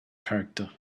character